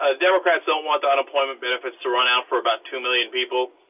ah democrats don't want unemployment benefits so run out for about two million people